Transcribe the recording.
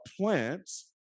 plants